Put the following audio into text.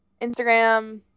Instagram